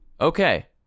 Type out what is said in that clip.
okay